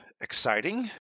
exciting